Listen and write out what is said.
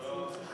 טוב.